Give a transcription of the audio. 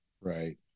Right